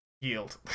yield